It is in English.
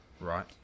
Right